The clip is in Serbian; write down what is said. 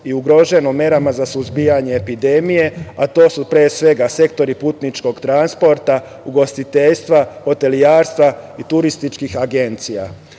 i ugroženo merama za suzbijanje epidemije, a to su pre svega sektori putničkog transporta, ugostiteljstva, hotelijerstva i turističkih agencija. Moramo